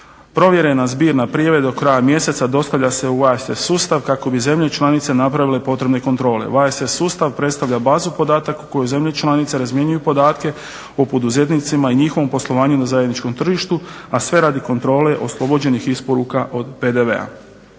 Provjerena zbirna prijava je do kraja mjeseca dostavlja se u VIES sustav kako bi zemlje članice napravile potrebne kontrole. VIES sustav predstavlja bazu podataka koju zemlje članice razmjenjuju podatke o poduzetnicima i njihovom poslovanju na zajedničkom tržištu, a sve radi kontrole oslobođenih isporuka od PDV-a.